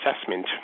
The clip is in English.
assessment